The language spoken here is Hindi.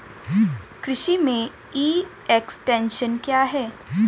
कृषि में ई एक्सटेंशन क्या है?